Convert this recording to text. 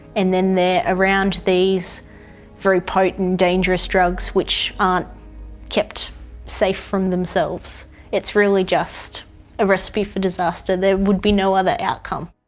and then they're around these very potent, dangerous drugs which aren't kept safe from themselves. it's really just a recipe for disaster. there would be no other outcome.